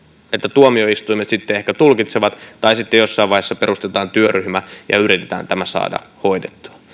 tuomioistuimet sitten ehkä tulkitsevat tai sitten jossain vaiheessa perustetaan työryhmä ja yritetään tämä saada hoidettua